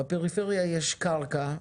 בפריפריה יש קרקע,